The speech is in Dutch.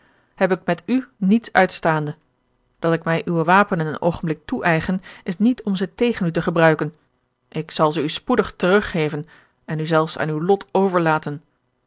heb ik met u niets uitstaande dat ik mij uwe wapenen een oogenblik toeëigen is niet om ze tegen u te gebruiken ik zal ze u spoedig teruggeven en u zelfs aan uw lot overlaten